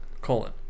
colon